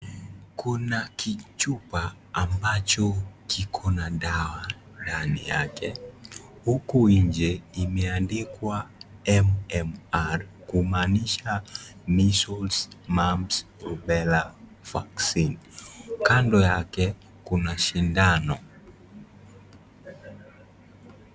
Kuna kichupa ambacho kiko na dawa ndani yake. Huku nje imeandikwa, MMR, kumaanisha, measles, mumps, rubella vaccine . Kando yake kuna sindano.